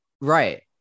Right